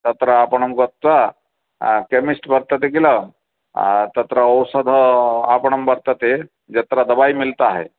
तत्र आपणं गत्वा केमिस्ट् वर्तते किल तत्र औषध आपणं वर्तते यत्र दवायी मिल्ता है